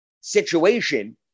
situation